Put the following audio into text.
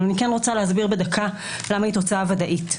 אבל אני כן רוצה להסביר בדקה למה היא התוצאה הוודאית.